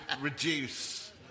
reduce